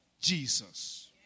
Jesus